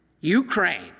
Ukraine